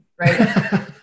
right